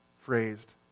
phrased